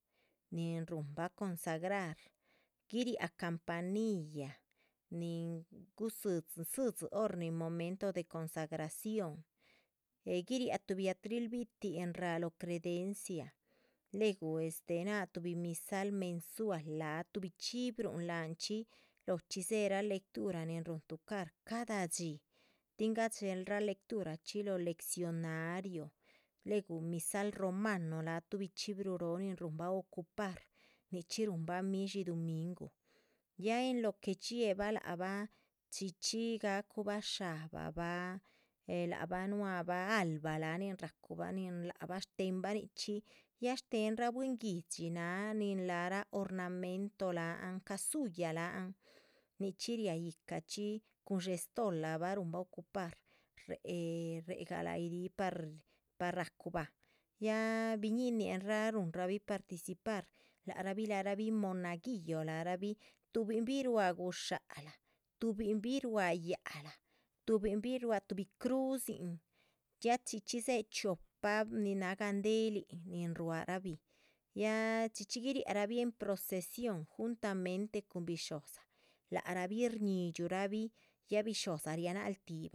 Nin ruhunbah consagrar guiriah campanilla nihin gudzí dzi, zídzi hor nin momento de consagración, eh guiriáh tuhbi atril bi´tihin ráha lóho credencia. luegu este náhatuhbi misal mensual láha tuhbi chxíbrun láhanchxí lóhochxí dzéhera lectura nin rúhun tucar cada dxí, tin gadxéhelara lecturachxi lóho. leccionario luegu misal romano tuhbi chxibruh róho nin rúhunbah ocupar, nichxí ruhnbah midshí dumingu ya en lo que dxiébah lac bah chxí chxí gacuhbah. sha´bah bah eh lac bah nuabah alba láha nin racu´ bah nin lac bah shtéhenbah nichxí ya shtéhenrah bwín guihdxi náh nin lac rah ormanento láhan casulla láhan. nichxí riá yícachxi cun estolabah rúhunbah ocupar réhe, réhegah láh yih rih par par racuhubah ya biñíninrah ruhunrabi participar lac rabih láharabih. monaguillo láha rabih tuhbin bih ruá gushálac, tuhbin bih ruá yác lah tuhbin bih ruá tuhbi crudzin a chi chxí dzéhe chiopa nin náha gandehelin. nin ruá rabih a chi chxí guiriarabih en procesión juntamente cun bisho´dza lac rahbih shñi dxurahbih ya bisho´dza rianal tih.